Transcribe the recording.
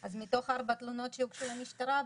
אז מתוך ארבע תלונות שהוגשו למשטרה,